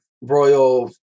royal